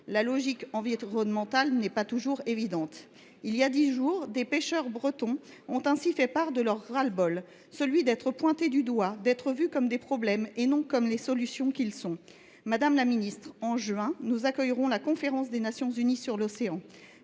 La logique environnementale n’est pas toujours évidente. Il y a dix jours, des pêcheurs bretons ont ainsi fait part de leur ras le bol, celui d’être pointés du doigt, d’être vus comme un problème et non comme une solution. Madame la ministre, en juin, nous accueillerons la conférence des Nations unies sur l’océan